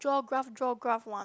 draw graph draw graph one